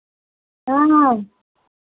हाँ हाँ